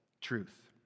truth